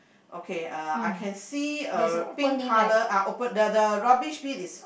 okay uh I can see a pink color ah open the the rubbish bin is